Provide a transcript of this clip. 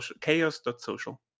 chaos.social